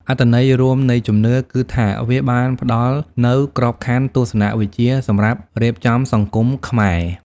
អត្ថន័យរួមនៃជំនឿគឺថា វាបានផ្ដល់នូវក្របខណ្ឌទស្សនវិជ្ជាសម្រាប់រៀបចំសង្គមខ្មែរ។